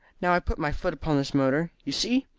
now i put my foot upon this motor. you see!